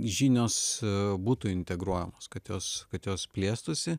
žinios būtų integruojamos kad jos kad jos plėstųsi